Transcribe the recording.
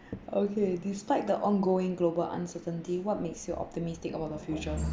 okay despite the ongoing global uncertainty what makes you optimistic about the future